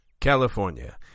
California